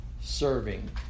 serving